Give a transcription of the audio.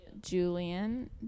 Julian